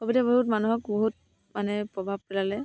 ক'ভিডে বহুত মানুহক বহুত মানে প্ৰভাৱ পেলালে